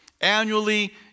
Annually